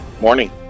Morning